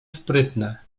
sprytne